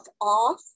off